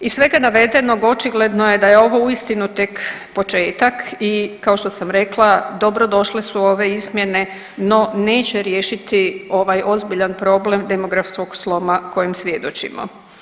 Iz svega navedenog, očigledno je da je ovo uistinu tek početak i kao što sam rekla, dobrodošle su ove izmjene, no neće riješiti ovaj ozbiljan problem demografskog sloma kojem svjedočimo.